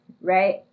right